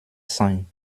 sein